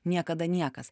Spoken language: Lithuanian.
niekada niekas